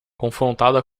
confrontada